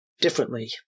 differently